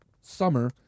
summer